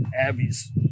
Abby's